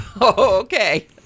Okay